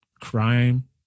crime